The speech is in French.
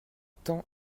temps